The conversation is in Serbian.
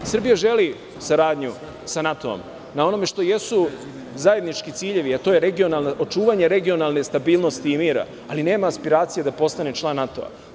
Srbija želi saradnju sa NATO-om na onome što jesu zajednički ciljevi, a to je očuvanje regionalne stabilnosti i mira, ali nema aspiracije da postane član NATO-a.